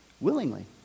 willingly